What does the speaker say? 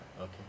okay